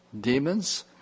demons